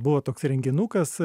buvo toks renginukas